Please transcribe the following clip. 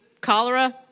cholera